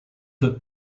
took